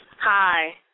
Hi